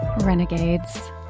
renegades